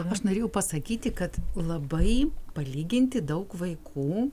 aš norėjau pasakyti kad labai palyginti daug vaikų